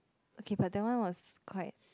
okay but that one was quite